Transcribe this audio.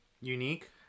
Unique